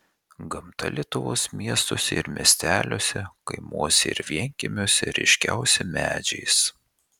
gamta lietuvos miestuose ir miesteliuose kaimuose ir vienkiemiuose ryškiausia medžiais